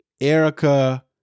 Erica